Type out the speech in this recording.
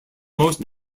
most